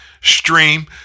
stream